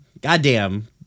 Goddamn